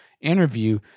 interview